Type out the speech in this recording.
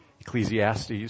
Ecclesiastes